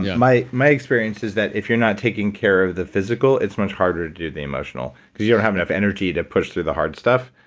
yeah my my experience is that if you're not taking care of the physical, it's much harder to do the emotional because you don't have enough energy to push through the hard stuff,